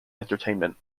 entertainment